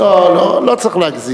לא, לא, לא צריך להגזים.